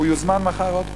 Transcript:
הוא יוזמן עוד פעם.